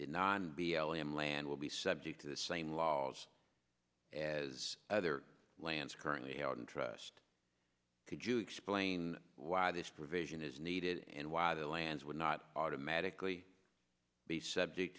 non b l m land will be subject to the same laws as other lands currently held in trust could you explain why this provision is needed and why the lands would not automatically be subject